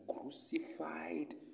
crucified